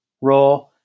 Raw